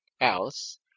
else